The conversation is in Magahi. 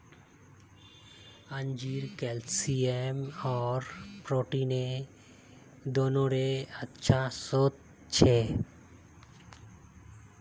अंजीर कैल्शियम आर पोटेशियम दोनोंरे अच्छा स्रोत छे